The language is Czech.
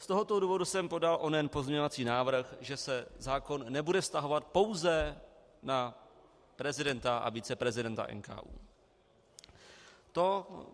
Z tohoto důvodu jsem podal onen pozměňovací návrh, že se zákon nebude vztahovat pouze na prezidenta a viceprezidenta NKÚ.